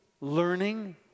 learning